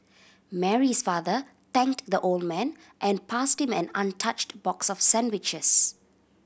Mary's father thanked the old man and passed him an untouched box of sandwiches